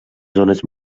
zones